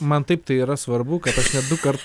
man taip tai yra svarbu kad aš net dukart